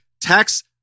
tax